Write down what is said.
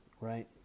right